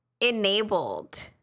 enabled